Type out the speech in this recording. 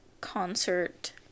concert